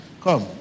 come